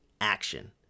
action